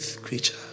creature